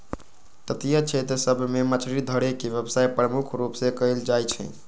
तटीय क्षेत्र सभ में मछरी धरे के व्यवसाय प्रमुख रूप से कएल जाइ छइ